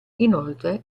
inoltre